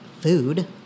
food